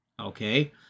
Okay